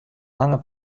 lange